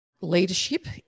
leadership